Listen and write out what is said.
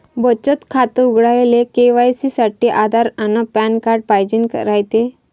बचत खातं उघडाले के.वाय.सी साठी आधार अन पॅन कार्ड पाइजेन रायते